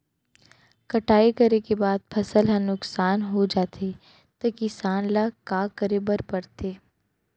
कटाई करे के बाद फसल ह नुकसान हो जाथे त किसान ल का करे बर पढ़थे?